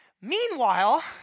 Meanwhile